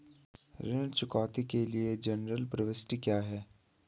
ऋण चुकौती के लिए जनरल प्रविष्टि क्या है?